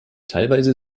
teilweise